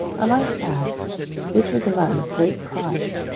i might add that this was a man of great pride,